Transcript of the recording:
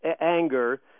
anger